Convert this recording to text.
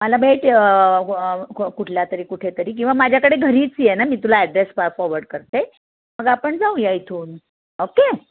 मला भेट कुठल्या तरी कुठेतरी किंवा माझ्याकडे घरीच ये ना मी तुला ॲड्रेस प फॉवर्ड करते मग आपण जाऊया इथून ओके